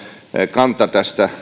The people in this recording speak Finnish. kantaa